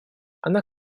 она